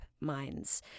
minds